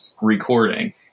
recording